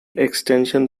extension